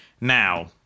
Now